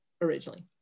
originally